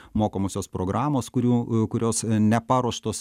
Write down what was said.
mokomosios programos kurių kurios neparuoštos